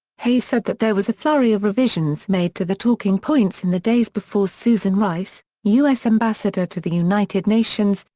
hayes said that there was a flurry of revisions made to the talking points in the days before susan rice, u s. ambassador to the united nations,